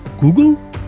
Google